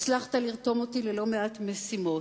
הצלחת לרתום אותי ללא מעט משימות.